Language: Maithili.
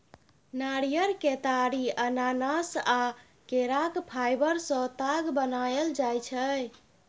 नारियर, केतारी, अनानास आ केराक फाइबर सँ ताग बनाएल जाइ छै